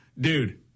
Dude